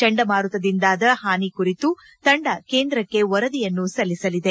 ಚಂಡಮಾರುತದಿಂದಾದ ಹಾನಿ ಕುರಿತು ತಂಡ ಕೇಂದ್ರಕ್ಷೆ ವರದಿಯನ್ನು ಸಲ್ಲಿಸಲಿದೆ